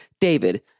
David